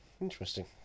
Interesting